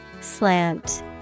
Slant